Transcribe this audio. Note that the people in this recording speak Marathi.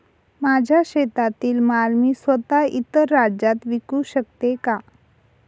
माझ्या शेतातील माल मी स्वत: इतर राज्यात विकू शकते का?